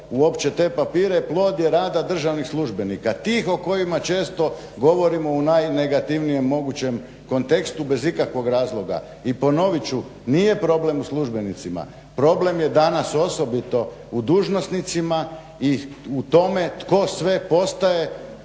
uopće te papire plod je rada državnih službenika. Tih o kojima često govorimo u najnegativnijem mogućem kontekstu bez ikakvog razloga. I ponovit ću, nije problem u službenicima, problem je danas osobito u dužnosnicima i u tome tko sve postaje